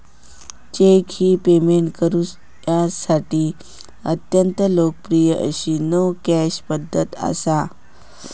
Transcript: check ही payment करुसाठी अत्यंत लोकप्रिय अशी नो कॅश पध्दत असा